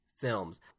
films